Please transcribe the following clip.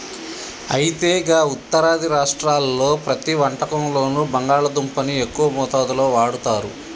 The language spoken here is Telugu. అయితే గా ఉత్తరాది రాష్ట్రాల్లో ప్రతి వంటకంలోనూ బంగాళాదుంపని ఎక్కువ మోతాదులో వాడుతారు